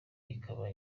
ikaba